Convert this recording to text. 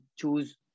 choose